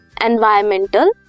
environmental